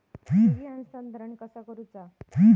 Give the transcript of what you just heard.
निधी हस्तांतरण कसा करुचा?